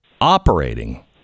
operating